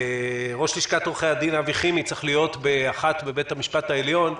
ראש לשכת עורכי הדין אבי חימי צריך להיות בשעה 1 בבית המשפט העליון.